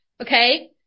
Okay